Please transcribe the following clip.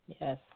Yes